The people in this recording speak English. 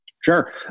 Sure